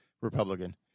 Republican